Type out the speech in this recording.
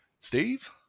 Steve